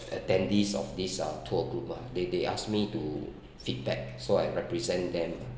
attendees of this uh tour group ah they they asked me to feedback so I represent them